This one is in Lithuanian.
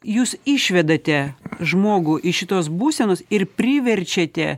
jūs išvedate žmogų iš šitos būsenos ir priverčiate